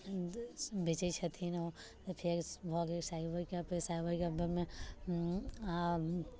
बेचैत छथिन ओ फेर भऽ गेलै साइबर कैफे साइबर कैफेमे हूँ आ